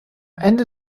ende